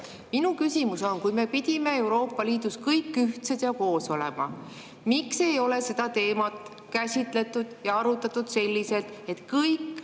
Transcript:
Minu küsimus on selline. Kui me peaks Euroopa Liidus kõik ühtsed ja koos olema, miks ei ole seda teemat käsitletud ja arutatud selliselt, et kõik